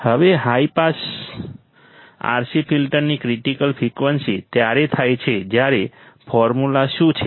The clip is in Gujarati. હવે હાઈ પાસ RC ફિલ્ટરની ક્રિટિકલ ફ્રિકવન્સી ત્યારે થાય છે જ્યારે ફોર્મ્યુલા શું છે